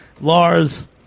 Lars